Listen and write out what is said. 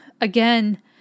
again